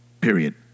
Period